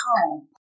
home